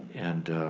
and